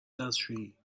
دستشویی